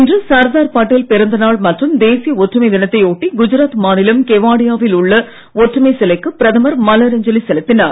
இன்று சர்தார் பட்டேல் பிறந்த நாள் மற்றும் தேசிய ஒற்றுமை தினத்தை ஒட்டி குஜராத் மாநிலம் கெவாடியாவில் உள்ள ஒற்றுமை சிலைக்கு பிரதமர் மலர் அஞ்சலி செலுத்தினார்